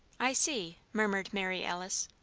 i see, murmured mary alice.